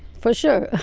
for sure.